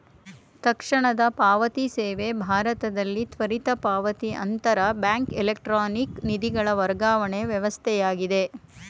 ತಕ್ಷಣದ ಪಾವತಿ ಸೇವೆ ಭಾರತದಲ್ಲಿ ತ್ವರಿತ ಪಾವತಿ ಅಂತರ ಬ್ಯಾಂಕ್ ಎಲೆಕ್ಟ್ರಾನಿಕ್ ನಿಧಿಗಳ ವರ್ಗಾವಣೆ ವ್ಯವಸ್ಥೆಯಾಗಿದೆ